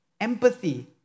empathy